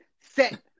set